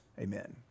amen